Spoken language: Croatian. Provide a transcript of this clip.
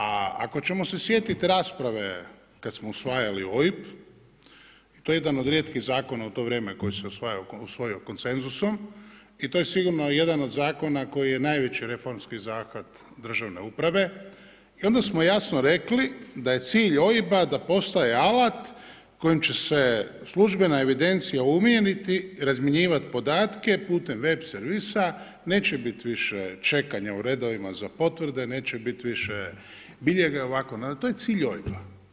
A ako ćemo se sjetiti rasprave kad smo usvajali OIB, to je jedan od rijetkih zakona u to vrijeme koji se usvojio konsenzusom i to je sigurno jedan od zakona koji je najveći reformski zahvat državne uprave i onda smo jasno rekli da je cilj OIB-a da postaje alat kojim će se službena evidencija, ... razmjenjivati podatke putem web servisa, neće biti više čekanja u redovima za potvrde, neće biti više biljega, ovako-onako, to je cilj OIB-a.